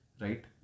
Right